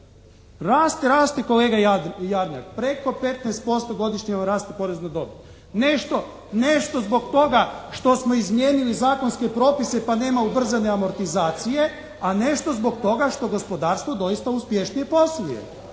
Raste, raste kolega Jarnjak, preko 15% godišnje vam raste porez na dobit. Nešto zbog toga što smo izmijenili zakonske propise pa nema ubrzane amortizacije, a nešto zbog toga što gospodarstvo doista uspješnije posluje.